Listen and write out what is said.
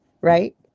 right